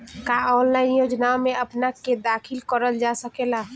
का ऑनलाइन योजनाओ में अपना के दाखिल करल जा सकेला?